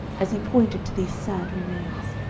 as he pointed to these sad remains.